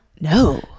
No